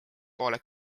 poole